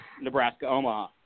Nebraska-Omaha